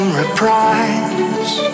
reprise